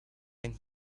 and